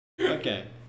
Okay